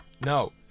No